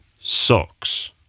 socks